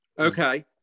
Okay